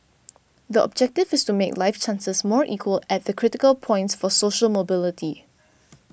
the objective is to make life chances more equal at the critical points for social mobility